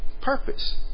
Purpose